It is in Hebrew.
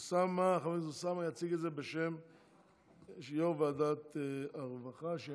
ותעבור לוועדת הבריאות.